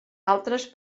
altres